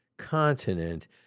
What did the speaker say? continent